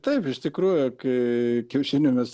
taip iš tikrųjų kai kiaušinių mes